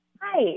Hi